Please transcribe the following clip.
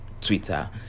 Twitter